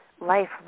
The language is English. life